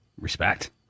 Respect